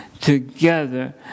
together